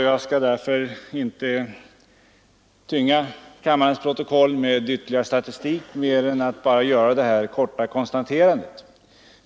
Jag skall därför inte tynga kammarens protokoll med ytterligare statistik utan bara göra detta korta konstaterande.